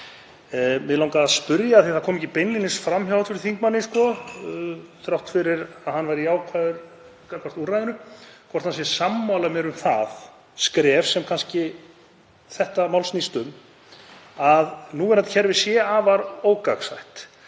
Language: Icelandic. Mig langaði að spyrja, af því að það kom ekki beinlínis fram hjá hv. þingmanni þrátt fyrir að hann væri jákvæður gagnvart úrræðinu, hvort hann sé sammála mér um það skref sem þetta mál snýst um, að núverandi kerfi sé afar ógagnsætt;